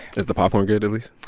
is the popcorn good at least?